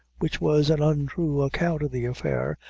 which was an untrue account of the affair,